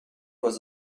was